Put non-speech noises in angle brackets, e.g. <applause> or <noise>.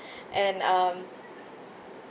<breath> and um